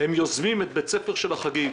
הם יוזמים את בית ספר של החגים,